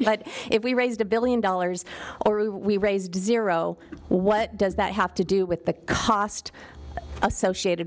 but if we raised a billion dollars or we raised zero what does that have to do with the cost associated